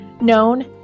known